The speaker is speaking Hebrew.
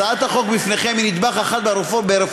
הצעת החוק שבפניכם היא נדבך אחד ברפורמה